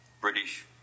British